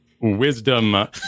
wisdom